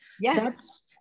Yes